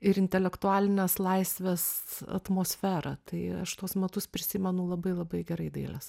ir intelektualinės laisvės atmosfera tai aš tuos metus prisimenu labai labai gerai dailės